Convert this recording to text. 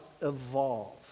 evolve